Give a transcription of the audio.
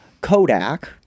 Kodak